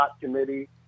committee